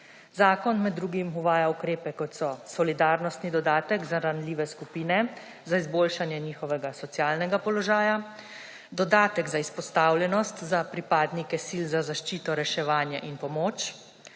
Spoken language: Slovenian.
Zakon med drugim uvaja ukrepe, kot so: solidarnostni dodatek za ranljive skupine za izboljšanje njihovega socialnega položaja, dodatek za izpostavljenost za pripadnike sil za zaščito, reševanje in pomoč,